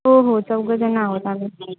हो हो चौघं जण आहोत आम्ही